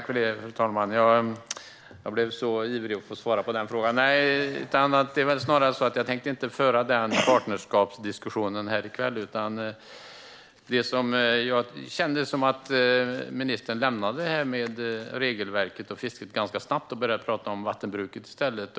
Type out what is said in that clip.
Fru talman! Jag tänker inte föra någon partnerskapsdiskussion här i kväll. Ministern lämnade regelverket och fisket ganska snabbt och började tala om vattenbruket i stället.